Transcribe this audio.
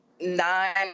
nine